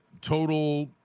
total